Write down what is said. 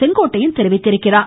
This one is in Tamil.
செங்கோட்டையன் தெரிவித்துள்ளார்